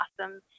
awesome